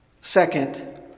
Second